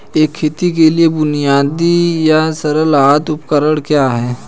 एक खेत के लिए बुनियादी या सरल हाथ उपकरण क्या हैं?